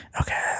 Okay